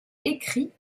écrit